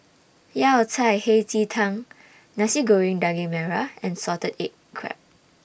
Yao Cai Hei Ji Tang Nasi Goreng Daging Merah and Salted Egg Crab